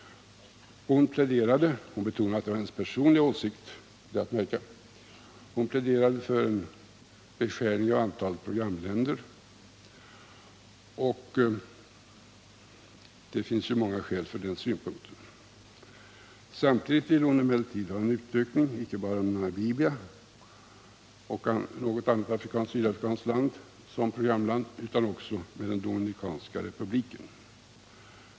Hon pläderade, under betonande av att det var hennes personliga åsikt, för ett beskärande av antalet programländer, och det finns ju många skäl för den synpunkten. Samtidigt ville hon emellertid ha en utökning inte bara med Namibia och något annat sydafrikanskt programland utan också med Dominikanska republiken.